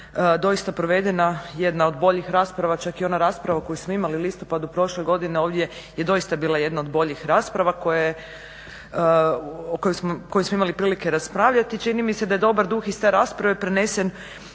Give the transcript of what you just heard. doista provedena jedna od boljih rasprava, čak i ona rasprava koju smo imali listu pa do prošle godine, ovdje je doista bila jedna od boljih rasprava koju smo imali prilike raspravljati. Čini mi se da je dobar duh iz te rasprave prenesen